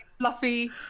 fluffy